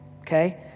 okay